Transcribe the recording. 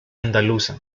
andaluza